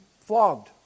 flogged